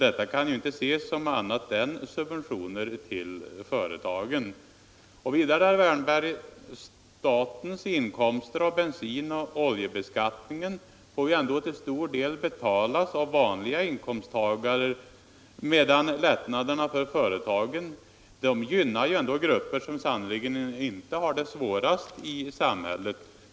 Detta kan inte ses annat än som subventioner till företagen. Vidare, herr Wärnberg, får ändå statens inkomster av bensinoch oljebeskattningen till stor del betalas av vanliga inkomsttagare medan lättnaderna för företagen gynnar grupper, som sannerligen inte har det svårast i samhället.